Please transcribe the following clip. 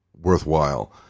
worthwhile